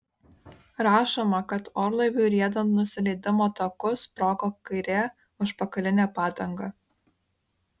rašoma kad orlaiviui riedant nusileidimo taku sprogo kairė užpakalinė padanga